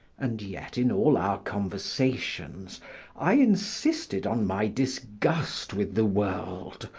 and yet in all our conversations i insisted on my disgust with the world,